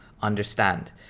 understand